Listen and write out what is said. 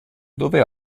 dove